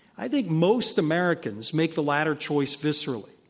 i think most americans make the latter choice viscerally.